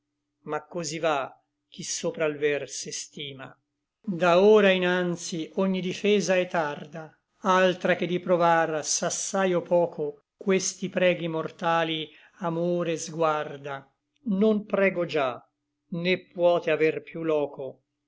ma cosí va chi sopra l ver s'estima da ora inanzi ogni difesa è tarda altra che di provar s'assai o poco questi preghi mortali amore sguarda non prego già né puote aver piú loco